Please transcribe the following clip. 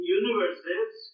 universes